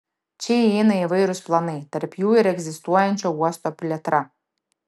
čia įeina įvairūs planai tarp jų ir egzistuojančio uosto plėtra